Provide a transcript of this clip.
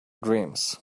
dreams